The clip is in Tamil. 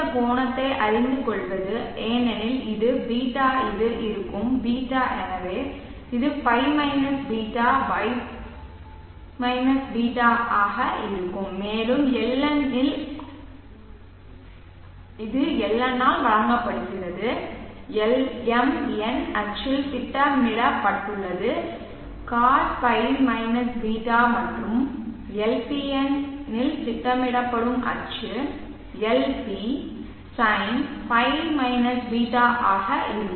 இந்த கோணத்தை அறிந்துகொள்வது ஏனெனில் இது ß இது இருக்கும் ß எனவே இது ϕ -ß ϕ -ß ஆக இருக்கும் மேலும் LN ஆல் வழங்கப்படுகிறது Lm N அச்சில் திட்டமிடப்பட்டுள்ளது cos ϕ ß மற்றும் LP N இல் திட்டமிடப்படும் அச்சு LP sin ϕ ßஆக இருக்கும்